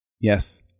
yes